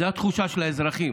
זו התחושה של האזרחים.